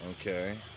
Okay